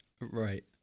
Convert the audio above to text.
Right